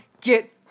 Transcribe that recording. get